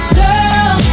girl